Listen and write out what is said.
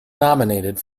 nominated